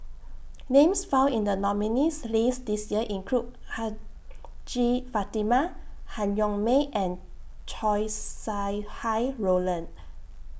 Names found in The nominees' list This Year include Hajjah Fatimah Han Yong May and Chow Sau Hai Roland